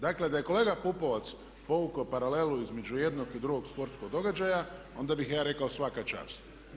Dakle, da je kolega Pupovac povukao paralelu između jednog i drugog sportskog događaja onda bih ja rekao svaka čast.